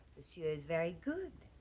monsieur is very good